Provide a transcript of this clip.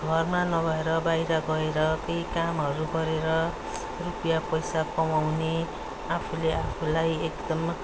घरमा नभएर बाहिर गएर केही कामहरू गरेर रुपियाँ पैसा कमाउने आफूले आफूलाई एकदम